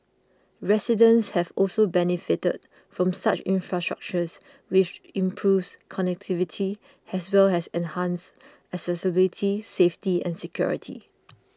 residents have also benefited from such infrastructures which improves connectivity as well as enhances accessibility safety and security